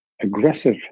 aggressive